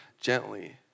gently